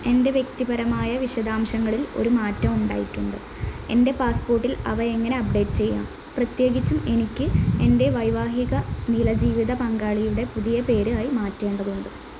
എൻ്റെ വ്യക്തിപരമായ വിശദാംശങ്ങളിൽ ഒരു മാറ്റം ഉണ്ടായിട്ടുണ്ട് എൻ്റെ പാസ്പോർട്ടിൽ അവ എങ്ങനെ അപ്ഡേറ്റ് ചെയ്യാം പ്രത്യേകിച്ചും എനിക്ക് എൻ്റെ വൈവാഹിക നില ജീവിതപങ്കാളിയുടെ പുതിയ പേര് ആയി മാറ്റേണ്ടതുണ്ട്